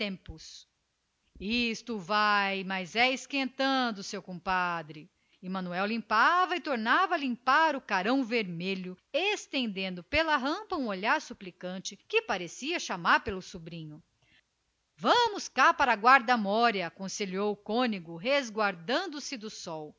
tempus isto vai mas é esquentando demais seu compadre e manuel limpava e tornava a limpar o carão vermellho estendendo pela rampa um olhar suplicante que parecia chamar o sobrinho vamos cá para a guardamoria aconselhou o outro resguardando se do sol